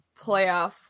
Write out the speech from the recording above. playoff